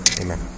Amen